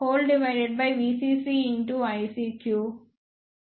IceVcc